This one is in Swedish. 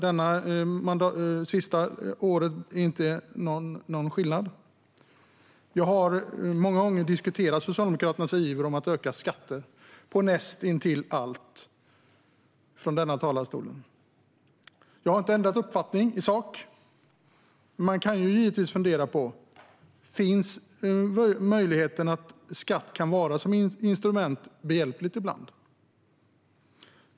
Det senaste året är inget undantag. Jag har många gånger i denna talarstol talat om Socialdemokraternas iver att höja skatterna på näst intill allt. Jag har inte ändrat uppfattning i sak, men man kan såklart fundera på om skatt kan vara ett behjälpligt instrument ibland.